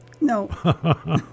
No